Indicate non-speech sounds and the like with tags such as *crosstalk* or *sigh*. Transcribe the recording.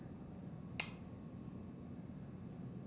*noise*